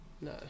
no